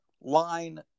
line